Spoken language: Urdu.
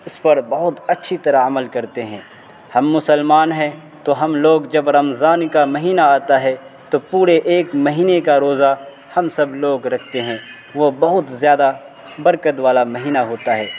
اس پر بہت اچھی طرح عمل کرتے ہیں ہم مسلمان ہیں تو ہم لوگ جب رمضان کا مہینہ آتا ہے تو پورے ایک مہینے کا روزہ ہم سب لوگ رکھتے ہیں وہ بہت زیادہ برکت والا مہینہ ہوتا ہے